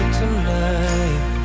tonight